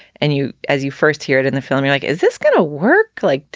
and you, as you first hear it in the film you like, is this going to work like